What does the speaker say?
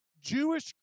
Jewish